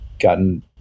gotten